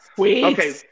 Okay